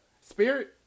Spirit